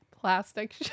plastic